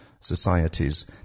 societies